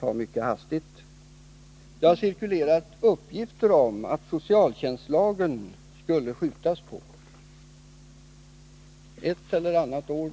dra mycket hastigt. Det har cirkulerat uppgifter om att socialtjänstlagen skulle skjutas på framtiden — ett eller flera år.